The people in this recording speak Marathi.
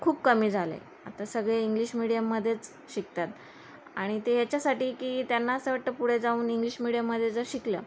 खूप कमी झालं आहे आता सगळे इंग्लिश मिडियममध्येच शिकतात आणि ते याच्यासाठी की त्यांना असं वाटतं पुढे जाऊन इंग्लिश मिडीयममध्ये जर शिकलं